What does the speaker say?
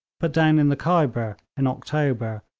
but down in the khyber, in october,